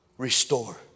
Restore